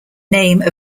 name